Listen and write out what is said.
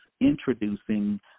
introducing